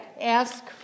Ask